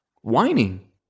whining